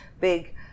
big